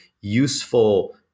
useful